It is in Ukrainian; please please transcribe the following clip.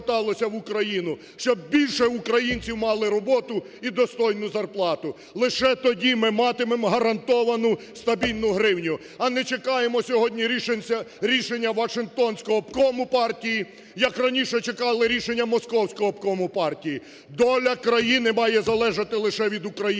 поверталося в Україну, щоб більше українців мали роботу і достойну зарплату, лише тоді ми матимемо гарантовану, стабільну гривню. А не чекаємо сьогодні рішення "вашингтонського обкому партії" як раніше чекали рішення "московського обкому партії". Доля країни має залежати лише від України